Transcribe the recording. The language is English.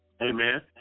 amen